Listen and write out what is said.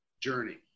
journey